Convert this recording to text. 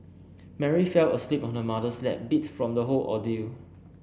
Mary fell asleep on her mother's lap beat from the whole ordeal